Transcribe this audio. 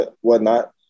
whatnot